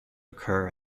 occur